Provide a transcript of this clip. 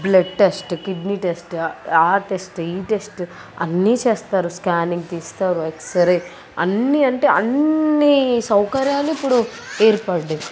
blood test kidney test ఆ test ఈ test అన్నీ చేస్తారు స్కానింగ్ తీస్తారు ఎక్స్ రే అన్నీ అంటే అన్నీ సౌకర్యాలు ఇప్పుడు ఏర్పడ్డాయి